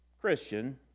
Christian